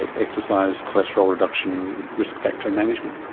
ah exercise, cholesterol reduction, risk factor management.